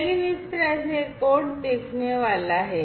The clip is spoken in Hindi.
लेकिन इस तरह से यह कोड दिखने वाला है